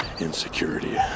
insecurity